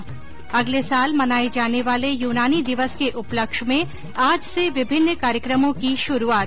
्र अगले साल मनाये जाने वाले यूनानी दिवस के उपलक्ष्य में आज से विभिन्न कार्यक्रमों की शुरूआत